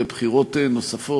לבחירות נוספות,